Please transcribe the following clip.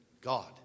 God